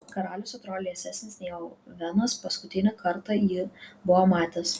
karalius atrodė liesesnis nei ovenas paskutinį kartą jį buvo matęs